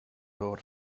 door